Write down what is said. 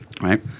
Right